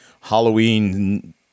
Halloween